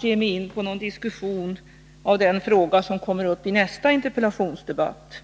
ge mig in på någon diskussion om den fråga som kommer upp i nästa interpellationsdebatt.